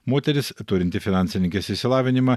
moteris turinti finansininkės išsilavinimą